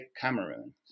Cameroon